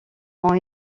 ont